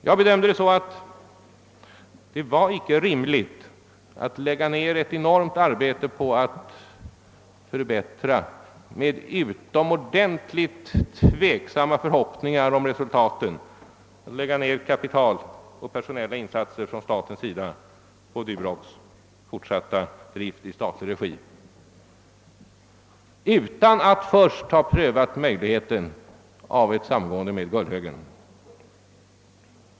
Jag bedömde saken så att det inte var rimligt att med mycket tvivelaktiga utsikter att nå resultat lägga ned ett enormt arbete och stort kapital på att säkra Duroxbolagets fortsatta drift i statlig regi utan att först ha prövat möjligheten av ett samgående med Gullhögen.